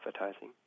advertising